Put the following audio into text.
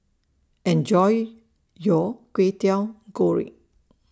Enjoy your Kwetiau Goreng